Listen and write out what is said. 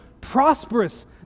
prosperous